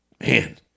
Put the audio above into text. man